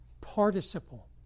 participle